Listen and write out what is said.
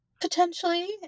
potentially